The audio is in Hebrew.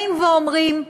באים ואומרים: